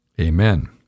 amen